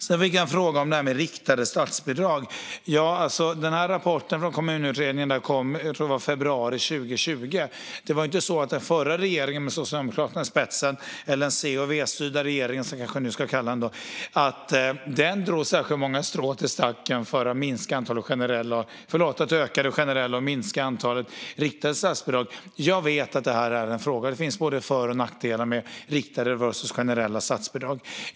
Sedan fick jag en fråga om riktade statsbidrag. Rapporten från Kommunutredningen tror jag kom i februari 2020. Det var inte så att den förra regeringen med Socialdemokraterna i spetsen - eller den C och V-styrda regeringen, som vi nu kanske ska kalla den - drog särskilt många strån till stacken för att öka de generella statsbidragen och minska antalet riktade statsbidrag. Jag vet att detta är en fråga. Det finns både för och nackdelar med riktade versus generella statsbidrag.